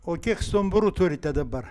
o kiek stumbrų turite dabar